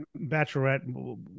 bachelorette